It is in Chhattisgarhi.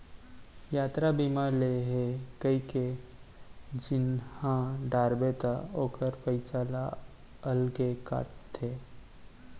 यातरा बीमा लेना हे कइके चिन्हा डारबे त ओकर पइसा ल अलगे काटथे